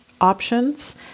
options